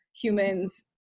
humans